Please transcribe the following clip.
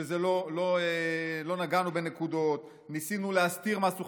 שלא נגענו בנקודות או ניסינו להסתיר משהו,